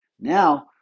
Now